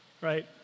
right